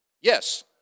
Yes